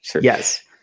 yes